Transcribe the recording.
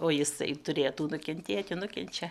o jisai turėtų nukentėti nukenčia